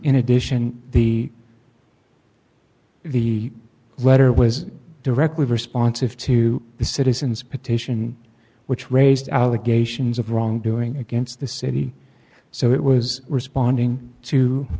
in addition the the letter was directly responsive to the citizens petition which raised allegations of wrongdoing against the city so it was responding to